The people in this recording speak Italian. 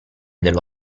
dello